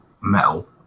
metal